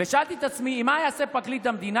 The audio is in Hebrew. ושאלתי את עצמי מה יעשה פרקליט המדינה,